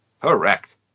Correct